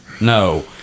No